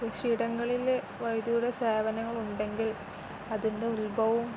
കൃഷിടിയങ്ങളില് വൈദ്യുതിയുടെ സേവനമുണ്ടെങ്കില് അതിന്റെ ഉത്ഭവവും